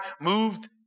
moved